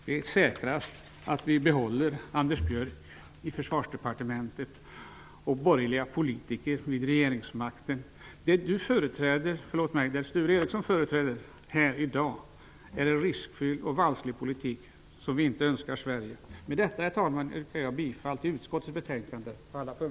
Det är säkrast att vi behåller Anders Björck i Försvarsdepartementet och borgerliga politiker vid regeringsmakten. Det som Sture Ericson företräder här i dag är en riskfylld och vansklig politik, som vi inte tillönskar Sverige. Med detta, herr talman, yrkar jag bifall till utskottets hemställan på alla punkter.